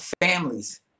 families